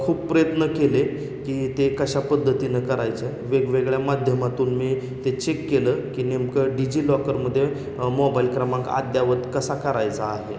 खूप प्रयत्न केले की ते कशा पद्धतीनं करायचं वेगवेगळ्या माध्यमातून मी ते चेक केलं की नेमकं डिजिलॉकरमध्ये मोबाईल क्रमांक अद्ययावत कसा करायचा आहे